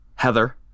Heather